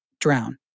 drown